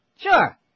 Sure